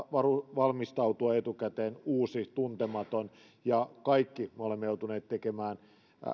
valmistautua etukäteen uusi tuntematon kaikki me olemme joutuneet tekemään